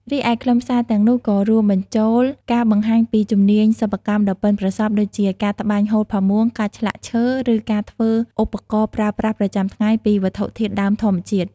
រីឯខ្លឹមសារទាំងនោះក៏រួមបញ្ចូលការបង្ហាញពីជំនាញសិប្បកម្មដ៏ប៉ិនប្រសប់ ដូចជា ការត្បាញហូលផាមួង ការឆ្លាក់ឈើ ឬការធ្វើឧបករណ៍ប្រើប្រាស់ប្រចាំថ្ងៃពីវត្ថុធាតុដើមធម្មជាតិ។